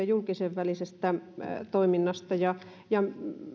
julkisen välisestä toiminnasta ja ja